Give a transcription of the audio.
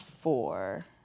four